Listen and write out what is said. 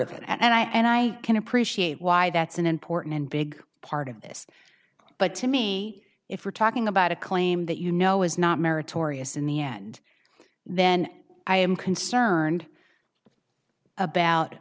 of it and i and i can appreciate why that's an important and big part of this but to me if we're talking about a claim that you know is not meritorious in the end then i am concerned about